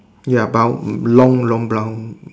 ya but long long brown